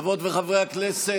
חברות וחברי הכנסת,